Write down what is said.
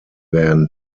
werden